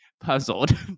Puzzled